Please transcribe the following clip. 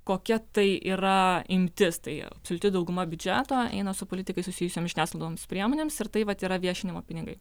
kokia tai yra imtis tai absoliuti dauguma biudžeto eina su politikais susijusiom žiniasklaidoms priemonėms ir tai vat yra viešinimo pinigai